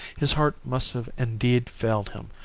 his heart must have indeed failed him,